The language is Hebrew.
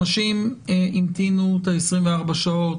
אנשים המתינו את ה-24 שעות,